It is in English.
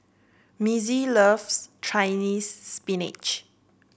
Missie loves Chinese Spinach